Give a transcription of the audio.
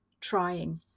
trying